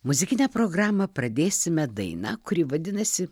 muzikinę programą pradėsime daina kuri vadinasi